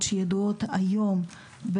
זה לא רק מימוני.